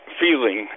feeling